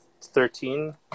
thirteen